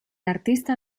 artista